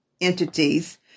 entities